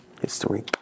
History